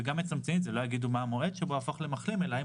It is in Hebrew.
וגם לא יגידו מה המועד שבו הפך למחלים אלא האם